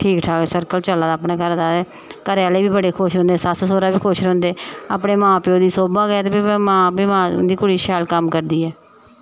ठीक ठाक सर्कल चला दा अपने घरा दा अपने घरै आह्ले बी बड़े खुश रौहंदे सस्स सौह्रा बी खुश रौहंदे अपने मां प्योऽ दी बी शोभा कि उं'दी कुड़ी शैल कम्म करदी ऐ